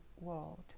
world